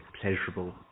pleasurable